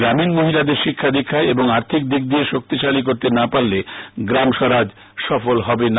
গ্রামীণ মহিলাদের শিক্ষা দীক্ষায় ও আর্থিক দিক দিয়ে শক্তিশালী করতে না পারলে গ্রাম স্বরাজ সফল হবে না